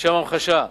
לשם המחשה,